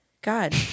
God